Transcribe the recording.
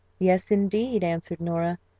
yes, indeed, answered nora,